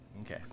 Okay